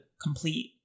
complete